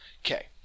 Okay